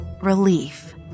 relief